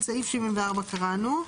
את סעיף 74 קראנו.